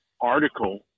article